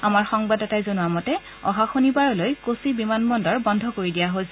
আমাৰ সংবাদদাতাই জনোৱা মতে অহা শনিবাৰলৈ কোচি বিমানবন্দৰ বন্ধ কৰি দিয়া হৈছে